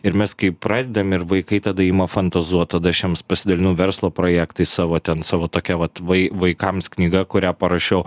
ir mes kai pradedam ir vaikai tada ima fantazuot tada aš jiems pasidalinu verslo projektais savo ten savo tokia vat vai vaikams knyga kurią parašiau